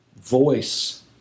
voice